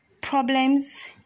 problems